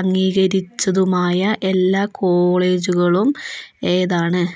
അംഗീകരിച്ചതുമായ എല്ലാ കോളേജുകളും ഏതാണ്